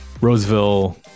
Roseville